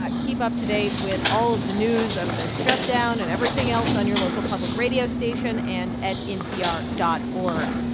keep up to date with all of the news of the shutdown and everything else on your local public radio station and at npr dot org.